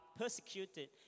persecuted